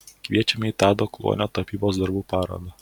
kviečiame į tado kluonio tapybos darbų parodą